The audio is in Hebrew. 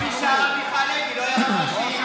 שהרב מיכה הלוי לא יהיה רב ראשי,